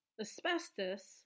asbestos